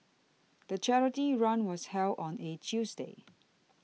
the charity run was held on a Tuesday